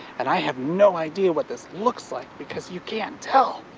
and i have no idea what this looks like because you can't tell!